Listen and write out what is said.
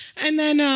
and then